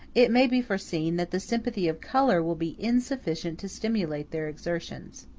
it may be foreseen that the sympathy of color will be insufficient to stimulate their exertions.